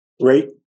Great